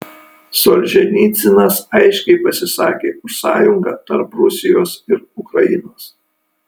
solženicynas aiškiai pasisakė už sąjungą tarp rusijos ir ukrainos